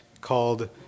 called